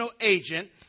agent